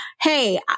Hey